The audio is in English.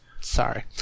Sorry